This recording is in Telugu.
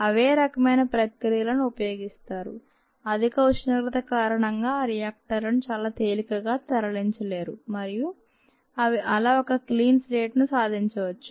అవే రకమైన ప్రక్రియలను ఉపయోగిస్తారు అధిక ఉష్ణోగ్రత కారణంగా ఆ రియాక్టర్లను చాలా తేలికగా తరలించలేరు మరియు అలా ఒక క్లీన్ స్లేట్ ను సాధించవచ్చు